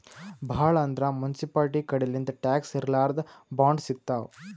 ಭಾಳ್ ಅಂದ್ರ ಮುನ್ಸಿಪಾಲ್ಟಿ ಕಡಿಲಿಂತ್ ಟ್ಯಾಕ್ಸ್ ಇರ್ಲಾರ್ದ್ ಬಾಂಡ್ ಸಿಗ್ತಾವ್